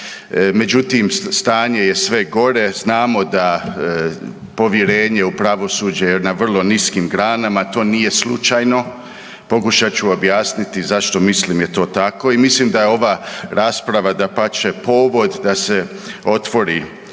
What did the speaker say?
Međutim, stanje je sve gore, znamo da povjerenje u pravosuđe je na vrlo niskim granama, to nije slučajno. Pokušat ću objasniti zašto mislim je to tako i mislim da je ova rasprava, dapače, povod da se otvori